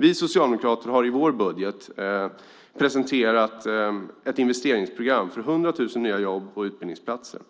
Vi socialdemokrater har i vår budget presenterat ett investeringsprogram för 100 000 nya jobb och utbildningsplatser.